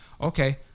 okay